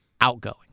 outgoing